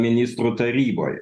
ministrų taryboj